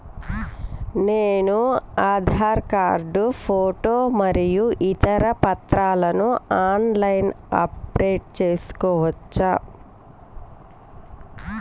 నేను Aadhaar card photo మరియు ఇతర పత్రాలను ఆన్ లైన్ అప్ డెట్ చేసుకోవచ్చా?